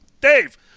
Dave